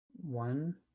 One